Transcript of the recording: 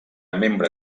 membre